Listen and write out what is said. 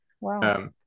Wow